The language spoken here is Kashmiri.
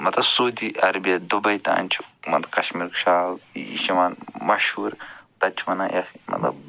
مطلب سعودی عربیہِ دُبَے تام چھِ مطلب کَشمیٖرُک شال یہِ چھِ یِوان مشہوٗر تَتہِ چھِ وَنان یَتھ مطلب